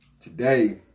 today